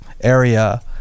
area